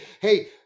Hey